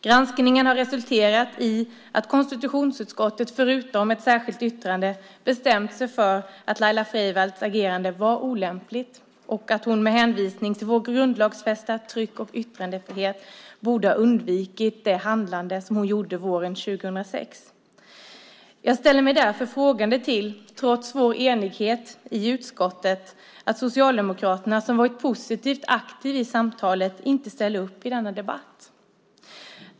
Granskningen har resulterat i att konstitutionsutskottet, förutom ett särskilt yttrande, bestämt sig för att Laila Freivalds agerande var olämpligt och att hon med hänvisning till vår grundlagsfästa tryck och yttrandefrihet borde ha undvikit sitt handlande våren 2006. Jag ställer mig därför, trots vår enighet i utskottet, frågande till att Socialdemokraterna, som har varit positivt aktiva i samtalet, inte ställer upp i denna debatt.